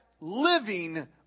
living